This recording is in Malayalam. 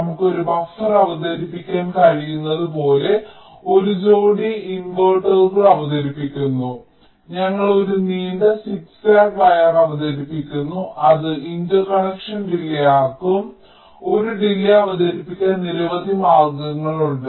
നമുക്ക് ഒരു ബഫർ അവതരിപ്പിക്കാൻ കഴിയുന്നതുപോലെ ഞങ്ങൾ ഒരു ജോടി ഇൻവെർട്ടറുകൾ അവതരിപ്പിക്കുന്നു ഞങ്ങൾ ഒരു നീണ്ട സിഗ്സാഗ് വയർ അവതരിപ്പിക്കുന്നു അത് ഇന്റർകണക്ഷൻ ഡിലേയ്യാകും ഒരു ഡിലേയ് അവതരിപ്പിക്കാൻ നിരവധി മാർഗങ്ങളുണ്ട്